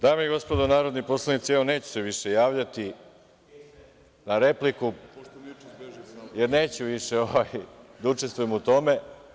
Dame i gospodo narodni poslanici, evo, neću se više javljati na repliku, jer neću više da učestvujem u tome.